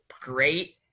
great